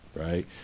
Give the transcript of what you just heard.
right